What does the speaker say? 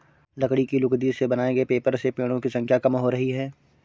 लकड़ी की लुगदी से बनाए गए पेपर से पेङो की संख्या कम हो रही है